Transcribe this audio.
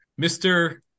Mr